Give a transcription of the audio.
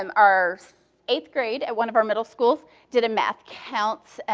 and our eighth grade at one of our middle schools did a math counts